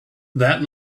that